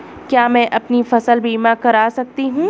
क्या मैं अपनी फसल बीमा करा सकती हूँ?